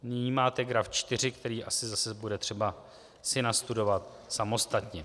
Nyní máte graf 4, který asi zase bude třeba si nastudovat samostatně.